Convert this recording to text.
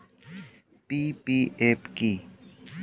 PPF কি?